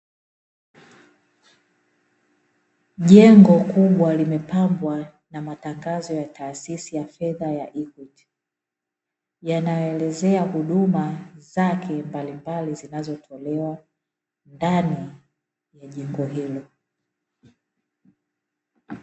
Jengo kubwa limepambwa na matangazo ya taasisi ya fedha, yanayoelezea huduma zake mbalimbali zinazotolewa ndani ya jengo hilo.